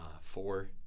four